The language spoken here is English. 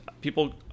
people